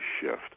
shift